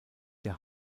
der